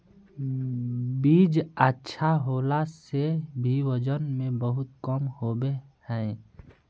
बीज अच्छा होला से भी वजन में बहुत कम होबे है?